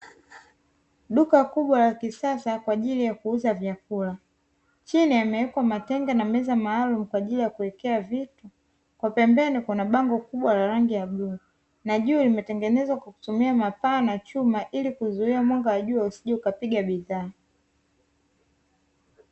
Duka kubwa la kisasa kwa ajili ya kuuza vyakula chini yamewekwa matenga na meza maalumu kwa ajili ya kuweka vitu, kwa pembeni kuna bango kubwa lenye rangi ya bluu na juu limetengenezwa kwa kutumia mapaa na chuma ili kuzuia mwanga wa jua usije ukapiga bidhaa.